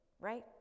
right